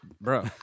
Bro